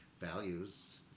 Values